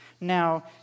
Now